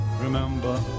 remember